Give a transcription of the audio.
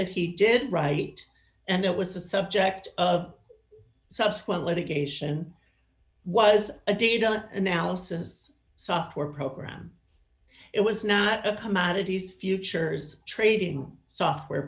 that he did right and that was the subject of subsequent litigation was a data analysis software program it was not a commodities futures trading software